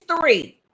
three